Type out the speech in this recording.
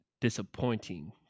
disappointing